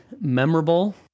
memorable